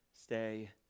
stay